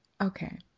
Okay